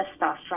testosterone